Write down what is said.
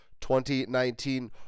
2019